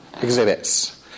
exhibits